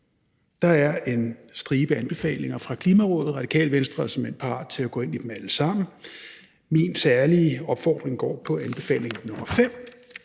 Der er en stribe anbefalinger fra Klimarådet. Radikale Venstre er såmænd parat til at gå ind i dem alle sammen. Min særlige opfordring går på anbefaling nr.